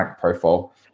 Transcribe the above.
profile